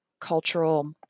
cultural